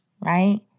right